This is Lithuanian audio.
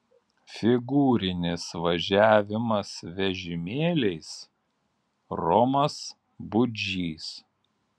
figūrinis važiavimas vežimėliais romas budžys